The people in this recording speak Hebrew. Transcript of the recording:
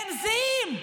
הן זהות,